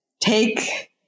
Take